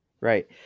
Right